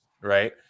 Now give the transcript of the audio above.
right